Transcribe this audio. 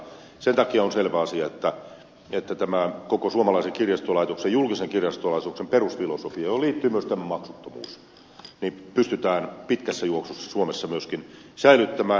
sen takia on selvä asia että koko suomalaisen julkisen kirjastolaitoksen perusfilosofia johon liittyy myös maksuttomuus pystytään pitkässä juoksussa suomessa myöskin säilyttämään